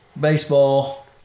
baseball